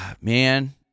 man